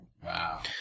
Wow